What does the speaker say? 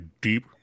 deep